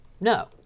no